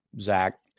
Zach